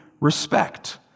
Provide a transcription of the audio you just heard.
respect